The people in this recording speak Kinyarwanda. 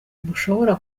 bushobora